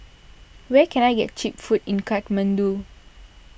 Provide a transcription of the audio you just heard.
where can I get Cheap Food in Kathmandu